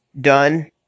done